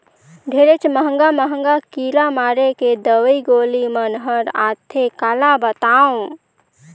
ढेरेच महंगा महंगा कीरा मारे के दवई गोली मन हर आथे काला बतावों